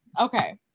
okay